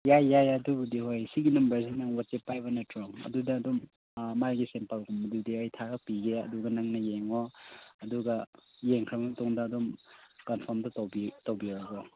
ꯌꯥꯏ ꯌꯥꯏ ꯑꯗꯨꯕꯨꯗꯤ ꯍꯣꯏ ꯁꯤꯒꯤ ꯅꯝꯕꯔꯁꯦ ꯅꯪ ꯋꯥꯆꯞ ꯄꯥꯏꯕ ꯅꯠꯇ꯭ꯔꯣ ꯑꯗꯨꯗ ꯑꯗꯨꯝ ꯑꯥ ꯃꯥꯒꯤ ꯁꯦꯝꯄꯜꯒꯨꯝꯕꯗꯨꯗꯤ ꯑꯩ ꯊꯥꯔꯛꯄꯤꯒꯦ ꯑꯗꯨ ꯅꯪꯅ ꯌꯦꯡꯉꯣ ꯑꯗꯨꯒ ꯌꯦꯡꯈ꯭ꯔ ꯃꯇꯨꯡꯗ ꯑꯗꯨꯝ ꯀꯟꯐꯥꯝꯗꯨ ꯇꯧꯕꯤꯔꯒꯦ